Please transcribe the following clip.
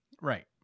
Right